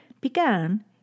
began